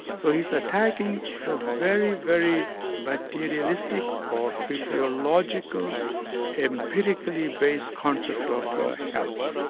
so he's attacking the very, very materialistic or physiological empirically based concept of health.